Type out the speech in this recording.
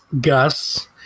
gus